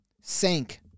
sank